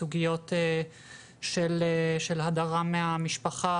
כל מיני סוגיות של הדרה מהמשפחה,